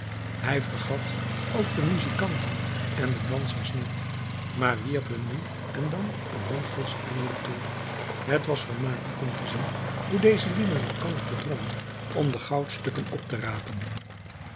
hij vergat ook de muzijkanten en de dansers niet maar wierp hun nu en dan een handvol sequinen toe het was vermakelijk om te zien hoe deze lieden elkander verdrongen om de goudstukken op te rapen